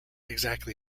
exactly